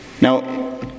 Now